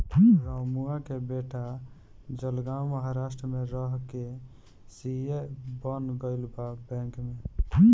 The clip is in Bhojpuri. रमुआ के बेटा जलगांव महाराष्ट्र में रह के सी.ए बन गईल बा बैंक में